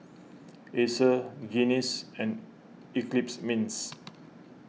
Acer Guinness and Eclipse Mints